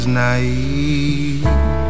naive